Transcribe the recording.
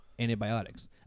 Antibiotics